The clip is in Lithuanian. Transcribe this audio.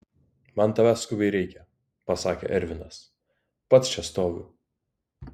man tavęs skubiai reikia pasakė ervinas pats čia stoviu